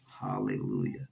Hallelujah